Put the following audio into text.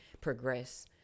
progress